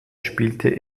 spielte